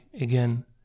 again